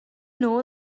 know